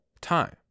time